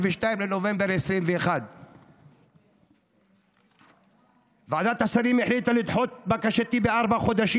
בנובמבר 2021. ועדת השרים החליטה לדחות את בקשתי בארבעה חודשים.